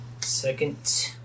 Second